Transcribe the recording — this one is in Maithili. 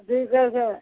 जी